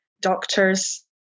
doctors